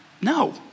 No